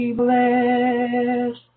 bless